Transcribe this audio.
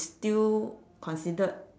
still considered